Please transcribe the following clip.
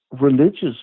religious